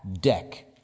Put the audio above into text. deck